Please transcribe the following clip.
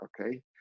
okay